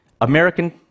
American